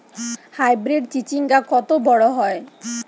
Hybrid চিচিংঙ্গা কত বড় হয়?